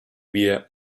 wir